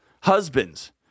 Husbands